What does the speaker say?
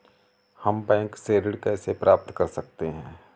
हम बैंक से ऋण कैसे प्राप्त कर सकते हैं?